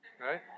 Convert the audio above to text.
Right